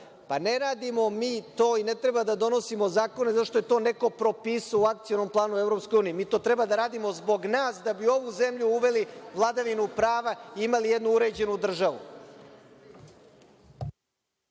radimo mi to i ne treba da donosimo zakone zato što je to neko propisao u akcionom planu EU, mi to treba da radimo zbog nas, da bi ovu zemlju uveli u vladavinu prava i imali jednu uređenu državu.